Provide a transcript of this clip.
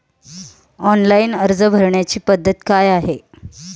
Online अर्ज भरण्याची पद्धत काय आहे?